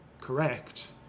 correct